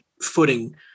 footing